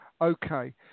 Okay